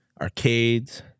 arcades